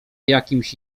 jakimś